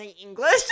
English